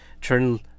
turn